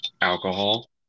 Alcohol